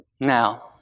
Now